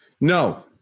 no